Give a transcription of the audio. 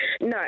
No